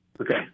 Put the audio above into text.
Okay